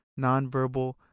nonverbal